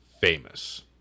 famous